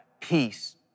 Peace